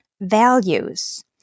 values